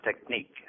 technique